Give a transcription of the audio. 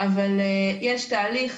אבל יש תהליך,